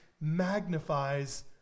magnifies